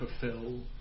fulfill